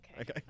Okay